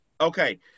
Okay